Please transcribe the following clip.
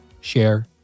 share